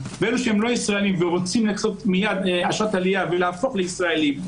ואלה שהם לא ישראלים ורוצים לעשות מיד אשרת עלייה ולהפוך לישראלים,